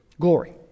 glory